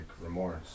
remorse